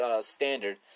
standard